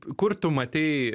kur tu matei